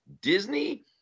Disney